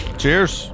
Cheers